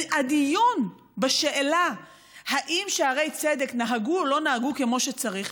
הדיון בשאלה אם שערי צדק נהגו או לא נהגו כמו שצריך,